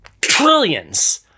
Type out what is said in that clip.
trillions